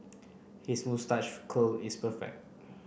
his moustache curl is perfect